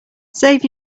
save